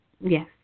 yes